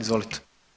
Izvolite.